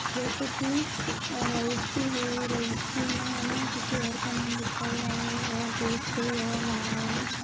जैसे की रजिस्ट्री हुई रजिस्ट्री में है ना किसी और का नाम लिखा हुआ है और बेच कोई और रहा है